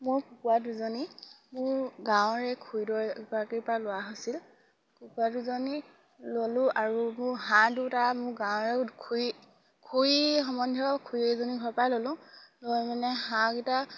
মোৰ কুকুৰা দুজনী মোৰ গাঁৱৰে খুইদৌ এগৰাকীৰ পৰা লোৱা হৈছিল কুকুৰা দুজনী ল'লোঁ আৰু মোৰ হাঁহ দুটা মোৰ গাঁৱৰে খুৰী খুৰী সম্বন্ধীয় খুৰী এজনী ঘৰৰ পৰাই ল'লোঁ লৈ মানে হাঁহকেইটা